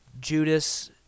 Judas